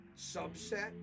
subset